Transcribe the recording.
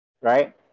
right